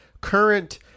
current